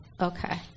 Okay